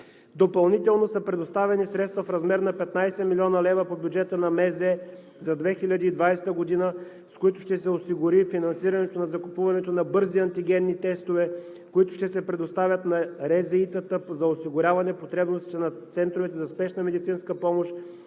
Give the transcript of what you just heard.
Допълнително са предоставени средства в размер на 15 млн. лв. по бюджета на Министерството на здравеопазването за 2020 г., с които ще се осигури финансирането на закупуването на бързи антигенни тестове, които ще се предоставят на РЗИ-тата за осигуряване потребностите на центровете за спешна медицинска помощ,